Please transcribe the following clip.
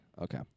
Okay